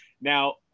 Now